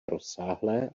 rozsáhlé